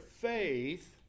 faith